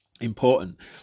important